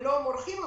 ולא מורחים,